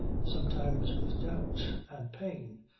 sometimes with doubt and pain,